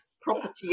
property